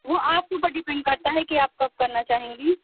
وہ آپ اوپر ڈیپنڈ کرتا ہے کہ آپ کب کرنا چاہیں گی